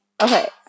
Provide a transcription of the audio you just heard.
okay